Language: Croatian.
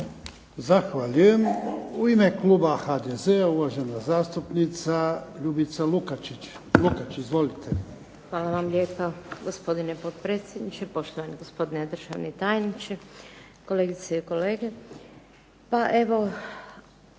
Zahvaljujem. U ime kluba HDZ-a uvažena zastupnica Ljubica Lukačić. Izvolite. **Lukačić, Ljubica (HDZ)** Hvala vam lijepa, gospodine potpredsjedniče. Poštovani gospodine državni tajniče. Kolegice i kolege. Kad